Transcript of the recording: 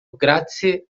grazie